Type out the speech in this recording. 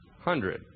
Hundred